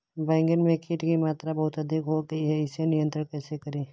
बैगन में कीट की मात्रा बहुत अधिक हो गई है इसे नियंत्रण कैसे करें?